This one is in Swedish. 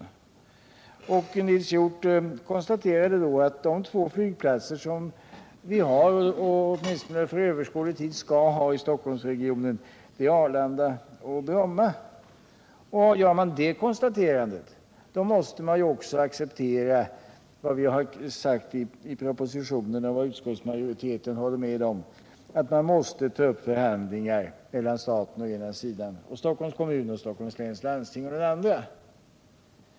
Flygplatsfrågan i Nils Hjorth konstaterade då att de två flygplatser som vi har och åt — Stockholmsregiominstone för överskådlig tid skall ha i Stockholmsregionen är Arlanda — nen och Bromma. Gör man det konstaterandet, måste man också acceptera vad vi har sagt i propositionen och vad utskottsmajoriteten håller med om, att man måste ta upp förhandlingar mellan staten å ena sidan och Stockholms kommun och Stockholms läns landsting å andra sidan.